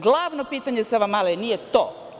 Glavno pitanje Savamale nije to.